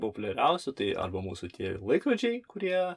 populiariausių tai arba mūsų tie laikrodžiai kurie